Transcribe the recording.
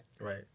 Right